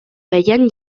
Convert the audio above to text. feien